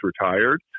retired